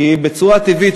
כי בצורה טבעית,